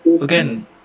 again